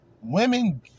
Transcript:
women